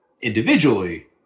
individually